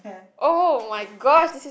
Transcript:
oh-my-gosh this is